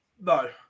No